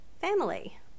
family